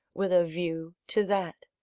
with a view to that.